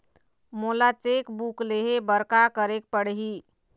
मोला cheque book लेहे बर का केरेक पढ़ही?